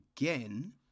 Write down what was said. again